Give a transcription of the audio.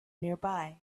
nearby